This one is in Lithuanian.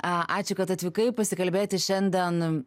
ačiū kad atvykai pasikalbėti šiandien